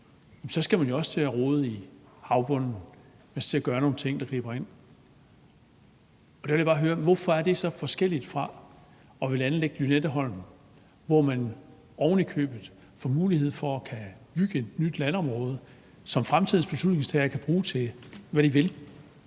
skal man jo også til at rode i havbunden, og man skal til at gøre nogle ting, hvor der gribesind. Der vil jeg bare høre: Hvorfor er det så forskelligt fra at ville anlægge Lynetteholm, hvor man ovenikøbet får mulighed for at kunne bygge et nyt landområde, som fremtidens beslutningstagere kan bruge til, hvad de vil?